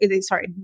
Sorry